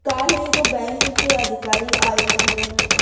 काल्ह एगो बैंक के अधिकारी आइल रहलन